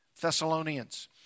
Thessalonians